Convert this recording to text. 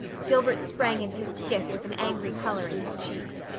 gilbert sprang into his skiff with an angry color in his cheeks.